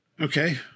Okay